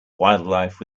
wildlife